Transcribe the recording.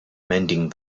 mending